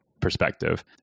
perspective